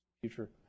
future